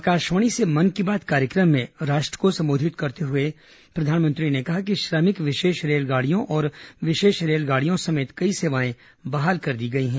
आकाशवाणी से मन की बात कार्यक्रम में राष्ट्र को संबोधित करते हुए प्रधानमंत्री ने कहा कि श्रमिक विशेष रेलगाड़ियों और विशेष रेलगाड़ियों समेत कई सेवाएं बहाल कर दी गई हैं